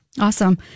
Awesome